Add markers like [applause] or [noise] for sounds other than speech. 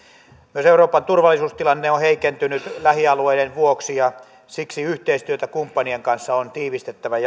myös euroopan turvallisuustilanne on heikentynyt lähialueiden vuoksi ja siksi yhteistyötä kumppanien kanssa on tiivistettävä [unintelligible]